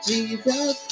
Jesus